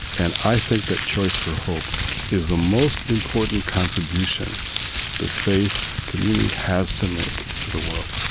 and i think that choice for hope is the most important contribution the faith community has to make to the world,